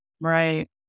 Right